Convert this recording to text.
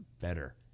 better